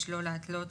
התנאי